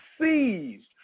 seized